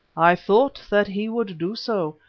i thought that he would do so,